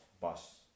bus